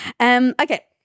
Okay